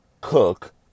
Cook